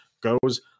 goes